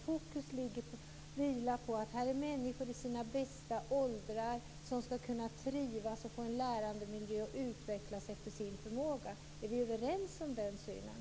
Fokus vilar på att människor i sina bästa år skall kunna trivas och utvecklas efter sin förmåga i en lärande miljö. Är vi överens om den synen?